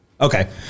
Okay